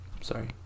Sorry